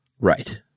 Right